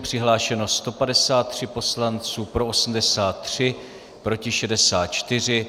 Přihlášeno 153 poslanců, pro 83, proti 64.